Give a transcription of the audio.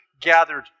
gathered